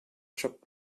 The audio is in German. job